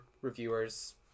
reviewers